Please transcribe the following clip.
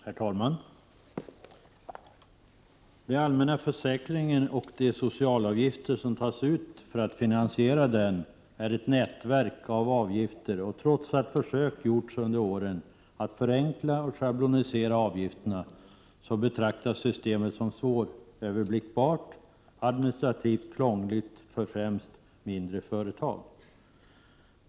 Herr talman! Den allmänna försäkringen och de socialavgifter som tas ut för att finansiera den innebär ett nätverk av avgifter, och trots att försök att förenkla och schablonisera avgifterna har gjorts under åren betraktas systemet som svåröverblickbart och administrativt krångligt för främst mindre företag.